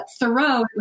Thoreau